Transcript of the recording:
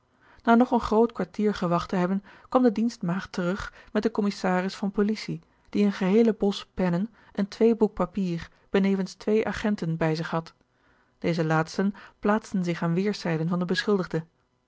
na nog een groot kwartier gewacht te hebben kwam de dienstmaagd terug met den commissaris van policie die een geheelen bos pennen en twee boek papier benevens twee agenten bij zich had deze laatsten plaatsten zich aan weêrszijden van den beschuldigde